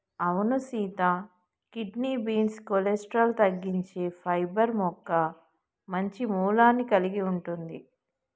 అవును Sita kidney beans cholesterol తగ్గించే fibre మొక్క మంచి మూలాన్ని కలిగి ఉంటుంది